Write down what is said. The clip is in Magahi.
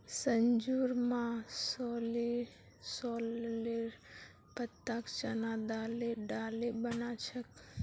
संजूर मां सॉरेलेर पत्ताक चना दाले डाले बना छेक